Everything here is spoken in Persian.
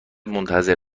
منتظر